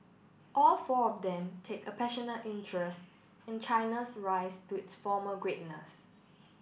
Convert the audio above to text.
all four of them take a passionate interest in China's rise to its former greatness